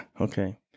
okay